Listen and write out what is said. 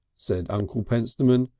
said uncle pentstemon,